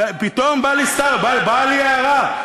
ופתאום באה לי ההארה: